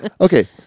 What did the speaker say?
Okay